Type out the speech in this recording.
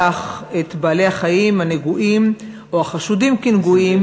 את בעלי-החיים הנגועים או החשודים כנגועים,